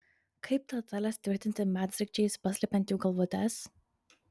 kaip detales tvirtinti medsraigčiais paslepiant jų galvutes